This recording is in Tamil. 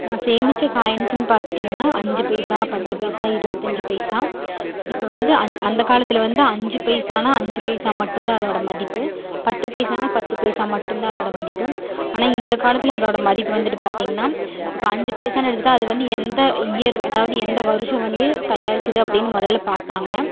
நான் சேமித்த காயின்ஸுன்னு பார்த்துட்டீங்கன்னா அஞ்சு பைசா பத்து பைசா இருபத்தஞ்சு பைசா இப்போ வந்து அந் அந்த காலத்தில் வந்து அஞ்சு பைசான்னால் அஞ்சு பைசா மட்டும் தான் அதோடய மதிப்பு பத்து பைசான்னால் பத்து பைசா மட்டும் தான் அதோடய மதிப்பு ஆனால் இந்த காலத்தில் அதோடய மதிப்பு வந்துட்டு பார்த்தீங்கன்னா இப்போ அஞ்சு பைசான்னு எடுத்துகிட்டா அது வந்து எந்த இயர் அதாவது எந்த வருஷம் வந்து தயாரித்தது அப்படின்னு மொதலில் பார்ப்பாங்க